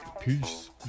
peace